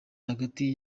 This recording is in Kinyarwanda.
hagati